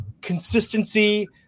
consistency